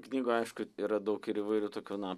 knygoj aišku yra daug ir įvairių tokių na